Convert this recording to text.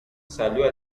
salió